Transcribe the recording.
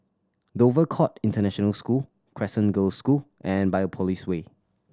Dover Court International School Crescent Girls' School and Biopolis Way